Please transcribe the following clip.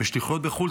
בשליחויות בחו"ל,